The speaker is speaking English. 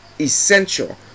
essential